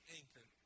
anchor